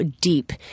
deep